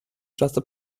just